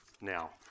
now